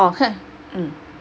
orh heh